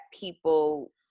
people